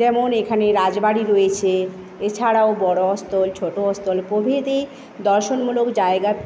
যেমন এখানে রাজবাড়ি রয়েছে এছাড়াও বড়ো অস্তল ছোটো অস্তল প্রভৃতি দর্শনমূলক জায়গার